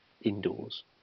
indoors